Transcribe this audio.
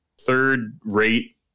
third-rate